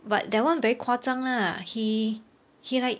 but that one very 夸张 lah he he like